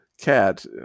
cat